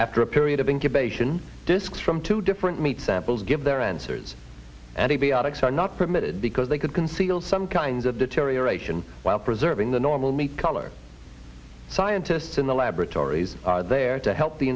after a period of incubation disks from two different meat samples give their answers antibiotics are not permitted because they could conceal some kind of deterioration while preserving the normal meat color scientists in the laboratories are there to help the